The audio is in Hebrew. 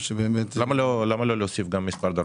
למה לא להוסיף גם מספר דרכון?